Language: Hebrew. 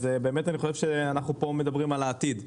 אז באמת אני חושב שאנחנו מדברים על העתיד.